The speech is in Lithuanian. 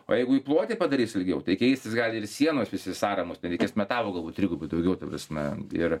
o jeigu į plotį padarys ilgiau tai keistis gali ir sienos visi sąramos ten reikės metalų galbūt trigubai daugiau ta prasme ir